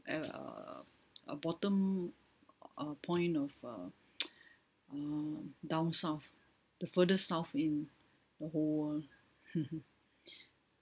at err uh bottom uh point of uh err down south the furthest south in the whole world